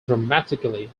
dramatically